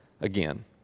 again